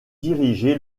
dirigé